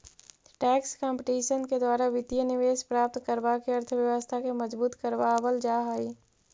tax competition के द्वारा वित्तीय निवेश प्राप्त करवा के अर्थव्यवस्था के मजबूत करवा वल जा हई